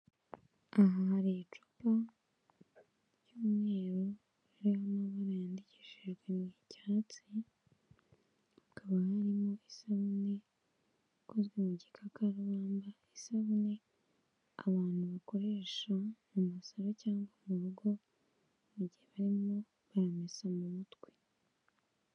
Hari icupa ry'umweru ririho amabara yandikishijwe mu cyatsi hakaba harimo isabune ikozwe mu gikakarubamba, isabune abantu bakoresha mu masaro cyangwa mu rugo mu gihe barimo baramesa mu mutwe.